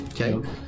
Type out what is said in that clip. Okay